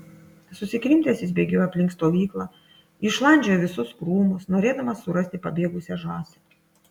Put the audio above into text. susikrimtęs jis bėgiojo aplink stovyklą išlandžiojo visus krūmus norėdamas surasti pabėgusią žąsį